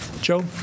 Joe